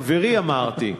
חברי, אמרתי.